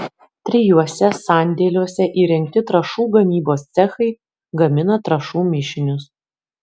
trijuose sandėliuose įrengti trąšų gamybos cechai gamina trąšų mišinius